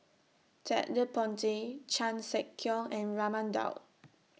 Ted De Ponti Chan Sek Keong and Raman Daud